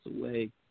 away